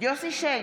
יוסף שיין,